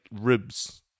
ribs